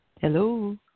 Hello